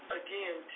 again